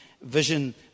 vision